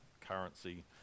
currency